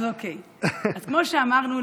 אז כמו שאמרנו,